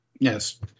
Yes